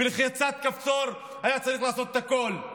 בלחיצת כפתור היה צריך לעשות את הכול,